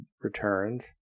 returns